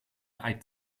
eid